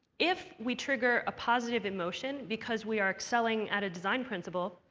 if we trigger a positive emotion because we are excelling at a design principle,